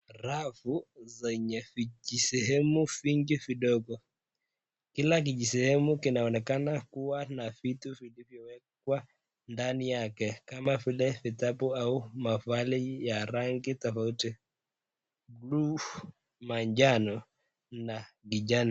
Rafu zenye vijisehemu vidogo. Kila kijisehemu kinaonekana kuwa na vitu vilivyowekwa ndani yake kama vile vitabu au mafaili ya rangi tofauti. Buluu, manjano na kijani.